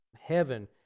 heaven